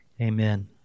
amen